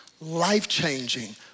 life-changing